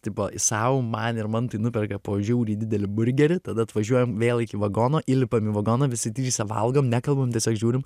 tipo sau man ir mantui nuperka po žiauriai didelį burgerį tada atvažiuojam vėl iki vagono įlipam į vagoną visi tryse valgom nekalbam tiesiog žiūrim